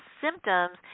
symptoms